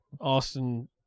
Austin